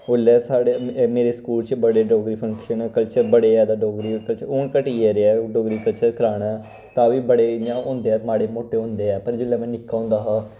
उसले साढ़े मेरे स्कूल च बड़े डोगरी फंक्शन कल्चर बड़े जैदा डोगरी कल्चर हून घटी गेदे ऐ डोगरी कल्चर कराना तां वी बड़े इ'यां होंदे ऐ माड़े मोट्टे होंदे ऐ पर जिसलै में निक्का होंदा हा